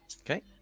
Okay